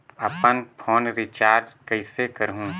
अपन phone recharge कइसे करहु?